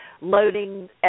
loading